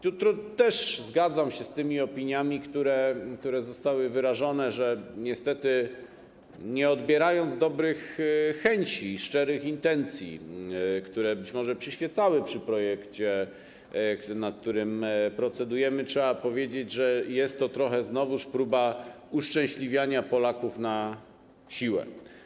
Tu też zgadzam się z tymi opiniami, które zostały wyrażone, że niestety nie odbierając dobrych chęci, szczerych intencji, które być może przyświecały przy tworzeniu projektu, nad którym procedujemy, trzeba powiedzieć, że jest to trochę znowuż próba uszczęśliwiania Polaków na siłę.